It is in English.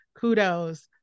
kudos